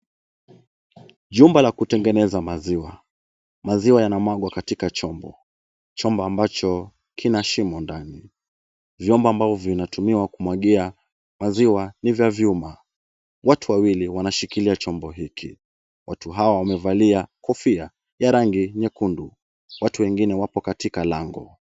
Jumba la kutengeneza maziwa. Maziwa yanamwangwa katika chombo. Chombo ambacho kina shimo ndani. Vyombo ambavyo vinatumiwa kumwagia maziwa ni vya vyuma. Watu wawili wanashikilia chombo hiki. Watu hawa wamevalia kofia ya rangi nyekundu. Watu wengine wapo katika lango.